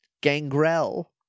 Gangrel